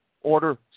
order